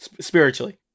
spiritually